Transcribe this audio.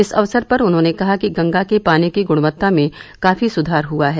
इस अवसर पर उन्होंने कहा कि गंगा के पानी की गुणवत्ता में काफी सुधार हुआ है